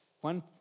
one